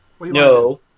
No